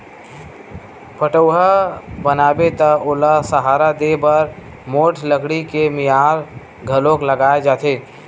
पठउहाँ बनाबे त ओला सहारा देय बर मोठ लकड़ी के मियार घलोक लगाए जाथे